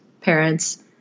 parents